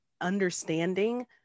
understanding